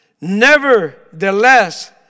Nevertheless